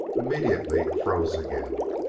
immediately froze again.